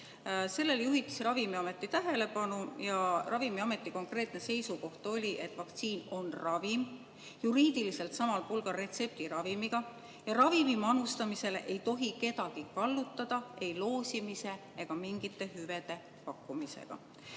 Sellele juhiti Ravimiameti tähelepanu ja Ravimiameti konkreetne seisukoht oli, et vaktsiin on ravim, juriidiliselt samal pulgal retseptiravimiga, ja ravimi manustamisele ei tohi kedagi kallutada ei loosimise ega mingite hüvede pakkumisega.